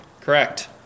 correct